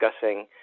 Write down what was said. discussing